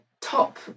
top